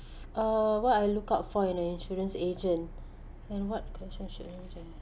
uh what I look out for in an insurance agent and what question should an agent